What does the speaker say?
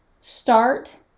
Start